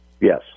Yes